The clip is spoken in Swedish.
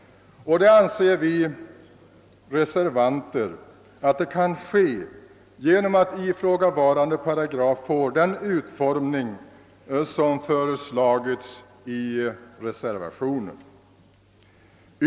Vi anser att detta kan ske genom att ifrågavarande paragraf får den utformning som föreslagits i reservationen.